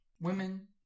women